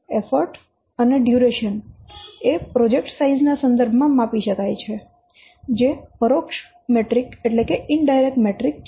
effort અને duration project size ના સંદર્ભમાં માપી શકાય છે જે પરોક્ષ મેટ્રિક છે